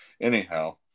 anyhow